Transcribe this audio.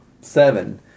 Seven